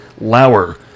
Lauer